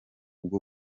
bwo